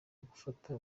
gufata